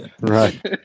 right